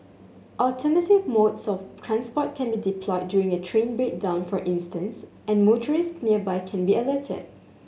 alternative modes of transport can be deployed during a train breakdown for instance and motorists nearby can be alerted